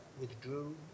withdrew